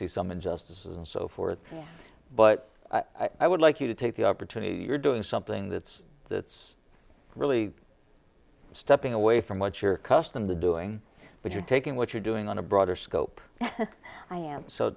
see some injustices and so forth but i would like you to take the opportunity you're doing something that's that's really stepping away from what you're custom to doing but you're taking what you're doing on a broader scope i am so